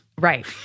Right